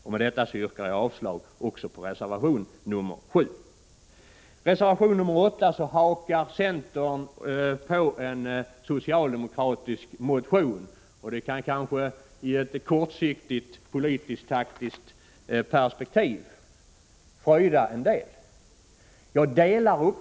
Med detta yrkar jag avslag också på reservation 7. I reservation 8 hakar centern på en socialdemokratisk motion, och det kan kanske i ett kortsiktigt politiskt-taktiskt perspektiv fröjda en del.